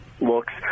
looks